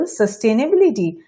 sustainability